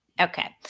Okay